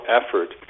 effort